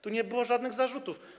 Tu nie było żadnych zarzutów.